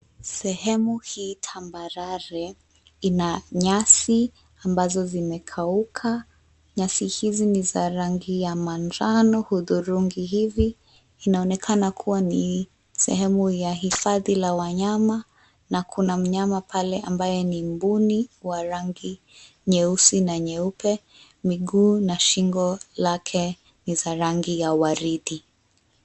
Sehemu hii tambarare, ina nyasi ambazo zimekauka. Nyasi hizi ni za rangi ya manjano hudhurungi hivi. Inaonekana kuwa ni sehemu ya hifadhi la wanyama na kuna mnyama pale, ambaye ni mbuni wa rangi nyeusi na nyeupe, miguu na shingo lake ni za rangi ya waridi.